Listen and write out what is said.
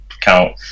count